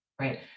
right